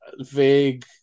vague